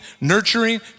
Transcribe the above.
nurturing